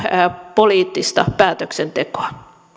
poliittista päätöksentekoa